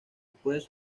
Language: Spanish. pues